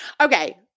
Okay